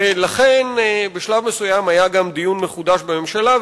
לכן בשלב מסוים היה גם דיון מחודש בממשלה,